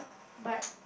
but